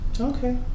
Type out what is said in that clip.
okay